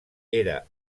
era